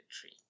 tree